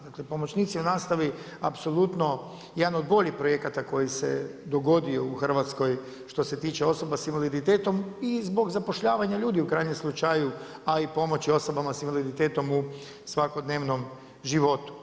Dakle, pomoćnici u nastavi, apsolutno jedan od boljih projekata koji se dogodio u Hrvatskoj što se tiče osoba s invaliditetom i zbog zapošljavanja ljudi u krajnjem slučaju, a pomoći osobama s invaliditetom u svakodnevnom životu.